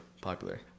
popular